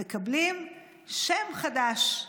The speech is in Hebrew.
מקבלים שם חדש.